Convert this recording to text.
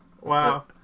Wow